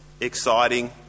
exciting